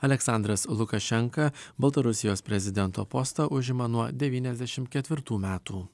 aleksandras lukašenka baltarusijos prezidento postą užima nuo devyniasdešimt ketvirtų metų